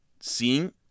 Seeing